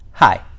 Hi